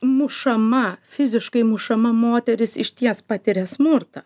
mušama fiziškai mušama moteris išties patiria smurtą